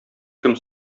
кем